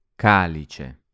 Calice